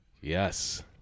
Yes